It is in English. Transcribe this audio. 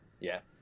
Yes